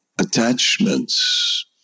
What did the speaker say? attachments